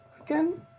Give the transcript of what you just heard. Again